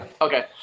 Okay